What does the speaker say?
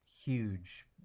huge